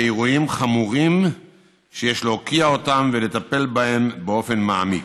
אירועים חמורים שיש להוקיע אותם ולטפל בהם באופן מעמיק.